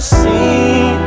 seen